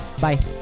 Bye